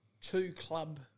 two-club